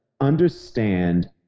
understand